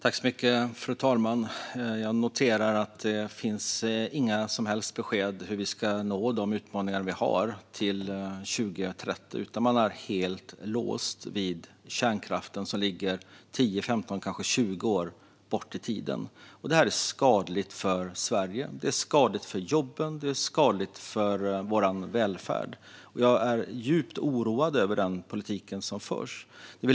Fru talman! Jag noterar att det inte finns några som helst besked om hur vi ska nå fram med de utmaningar som finns till 2030, utan man är helt låst vid kärnkraft som ligger 10, 15, kanske 20 år bort i tiden. Det är skadligt för Sverige, för jobben och för vår välfärd. Jag är djupt oroad över den politik som förs.